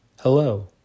Hello